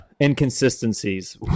inconsistencies